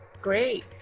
Great